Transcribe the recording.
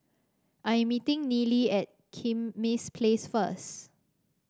I am meeting Neely at Kismis Place first